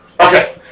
Okay